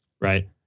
right